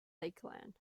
lakeland